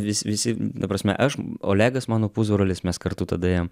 vis visi ta prasme aš olegas mano pusbrolis mes kartu tada ėjom